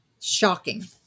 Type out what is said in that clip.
Shocking